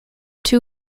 two